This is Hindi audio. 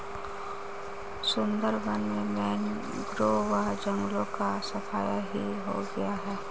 सुंदरबन में मैंग्रोव जंगलों का सफाया ही हो गया है